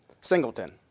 Singleton